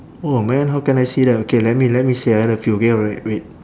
oh man how can I see that okay let me let say I love you okay alright wait